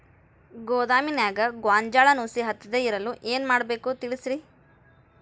ಗೋದಾಮಿನ್ಯಾಗ ಗೋಂಜಾಳ ನುಸಿ ಹತ್ತದೇ ಇರಲು ಏನು ಮಾಡಬೇಕು ತಿಳಸ್ರಿ